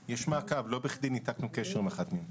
לא בכדי ניתקנו קשר עם אחת מהן.